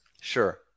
Sure